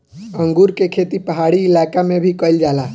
अंगूर के खेती पहाड़ी इलाका में भी कईल जाला